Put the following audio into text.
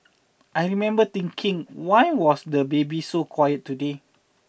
I remember thinking why was the baby so quiet today